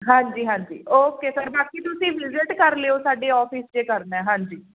ਹਾਂਜੀ ਹਾਂਜੀ okay sir ਬਾਕੀ ਤੁਸੀਂ ਵਿਜਿਟ ਕਰ ਲਿਓ ਸਾਡੇ ਔਫਿਸ ਜੇ ਕਰਨਾ ਹਾਂਜੀ